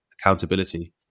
accountability